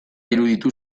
iruditu